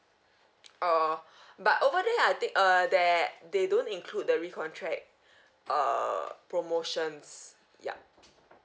err but over there I think err they they don't include the recontract err promotions ya